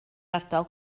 ardal